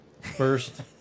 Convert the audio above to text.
First